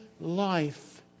life